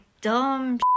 dumb